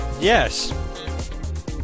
Yes